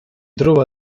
trova